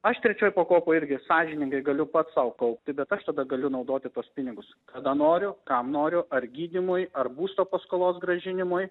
aš trečioj pakopoj irgi sąžiningai galiu pats sau kaupti bet aš tada galiu naudoti tuos pinigus kada noriu kam noriu ar gydymui ar būsto paskolos grąžinimui